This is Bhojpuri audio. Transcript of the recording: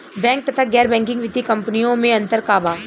बैंक तथा गैर बैंकिग वित्तीय कम्पनीयो मे अन्तर का बा?